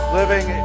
living